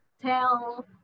Tell